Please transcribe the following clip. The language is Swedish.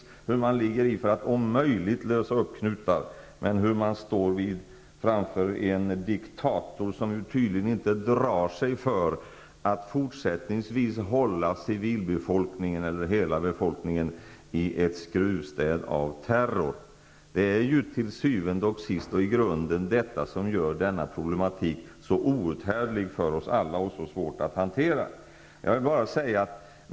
Vi vet hur man ligger i för att om möjligt lösa upp knutar, men hur man står framför en diktator som tydligen inte drar sig för att fortsättningsvis hålla hela befolkningen i ett skruvstäd av terror. Det är till syvende och sist och i grunden detta som gör problematiken så outhärdlig för oss alla och så svår att hantera.